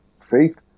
faith